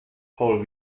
paul